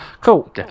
cool